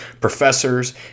professors